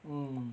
hmm